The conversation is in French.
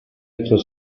être